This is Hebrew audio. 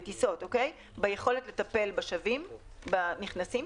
ביכולת לטפל בשבים הנכנסים.